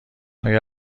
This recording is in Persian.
آیا